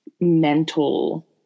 mental